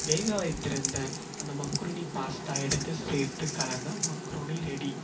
வேக வைத்திருந்த அந்த மக்ருணி பாஸ்தா எடுத்து சேர்த்து கலந்தால் மக்ருணி ரெடி